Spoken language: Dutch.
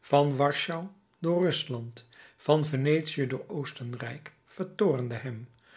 van warschau door rusland van venetië door oostenrijk vertoornde hem